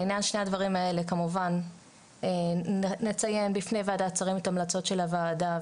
לעניין שני הדברים האלה כמובן נציין בפני ועדת שרים את המלצות הוועדה.